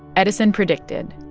edison predicted,